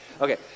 okay